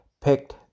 picked